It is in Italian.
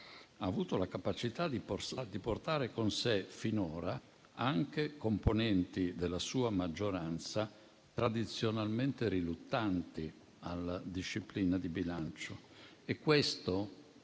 non gioverebbero - di portare con sé, finora, anche componenti della sua maggioranza tradizionalmente riluttanti alla disciplina di bilancio. Questo,